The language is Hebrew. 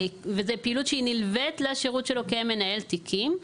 וזו פעילות שהיא נלווית לשירות שלו כמנהל תיקים.